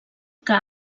que